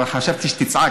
למה חשבתי שתצעק,